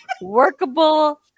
workable